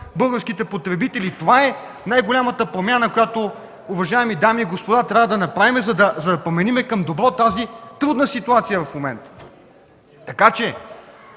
българските потребители! Това е най-голямата промяна, която, уважаеми дами и господа, трябва да направим, за да променим към добро тази трудна ситуация в момента! Веднага